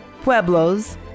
pueblos